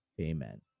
amen